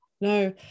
no